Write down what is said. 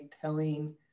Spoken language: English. telling